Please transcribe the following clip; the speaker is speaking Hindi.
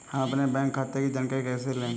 हम अपने बैंक खाते की जानकारी कैसे लें?